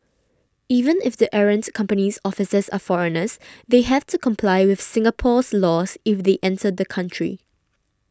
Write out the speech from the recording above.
even if the errant company's officers are foreigners they have to comply with Singapore's laws if they enter the country